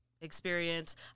experience